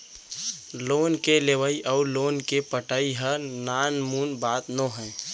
loan के लेवइ अउ लोन के पटाई ह नानमुन बात नोहे